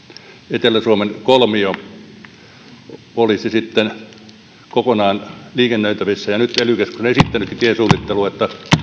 etelä suomen kolmio olisi sitten kokonaan liikennöitävissä nyt ely keskus on esittänytkin tiesuunnittelua